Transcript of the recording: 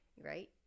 right